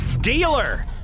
Dealer